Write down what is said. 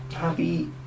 Happy